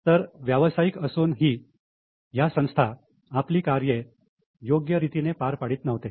तर व्यावसायिक असूनही या संस्था आपली कार्य योग्य रीतीने पार पाडीत नव्हत्या